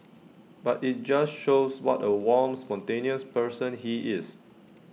but IT just shows what A warm spontaneous person he is